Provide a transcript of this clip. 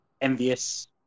envious